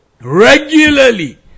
regularly